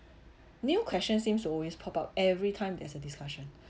new question seems to always pop up every time there's a discussion